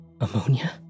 ammonia